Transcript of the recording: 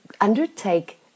undertake